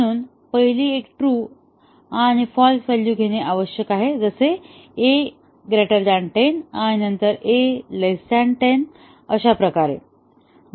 म्हणून पहिली एक ट्रू आणि फाल्स व्हॅल्यू घेणे आवश्यक आहे a 10 आणि नंतर a 10 अशा प्रकारे